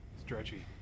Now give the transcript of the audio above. stretchy